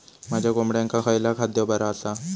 माझ्या कोंबड्यांका खयला खाद्य बरा आसा?